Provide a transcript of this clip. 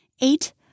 eight